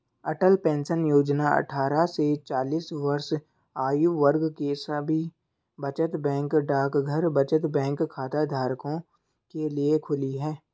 अटल pension योजना अट्ठारह से चालीस वर्ष आयु वर्ग के सभी बचत बैंक डाकघर बचत बैंक खाताधारकों के लिए खुली है